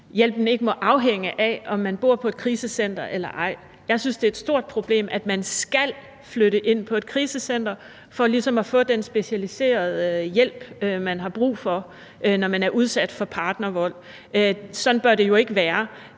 hjælpen ikke må afhænge af, om man bor på et krisecenter eller ej. Jeg synes, det er et stort problem, at man skal flytte ind på et krisecenter for at få den specialiserede hjælp, man har brug for, når man er udsat for partnervold. Sådan bør det jo ikke være.